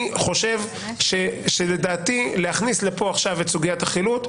אני חושב שלהכניס לכאן עכשיו את סוגיית החילוט,